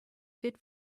fit